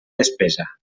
despesa